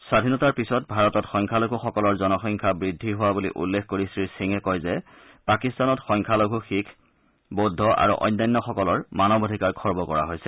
স্বাধীনতাৰ পিছত ভাৰতত সংখ্যালঘুসকলৰ জনসংখ্যা বৃদ্ধি হোৱা বুলি উল্লেখ কৰি শ্ৰীসিঙে কয় যে পাকিস্তানত সংখ্যালঘূ শিখ বৌদ্ধ আৰু অন্যান্যসকলৰ মানৱ অধিকাৰ খৰ্ব কৰা হৈছে